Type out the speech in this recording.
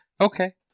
okay